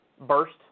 burst